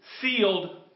sealed